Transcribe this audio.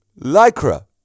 lycra